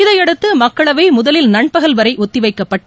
இதனையடுத்து மக்களவை முதலில் நண்பகல் வரை ஒத்தி வைக்கப்பட்டு